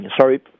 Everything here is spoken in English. sorry